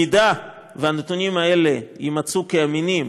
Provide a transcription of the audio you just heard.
אם הנתונים האלה יימצאו אמינים,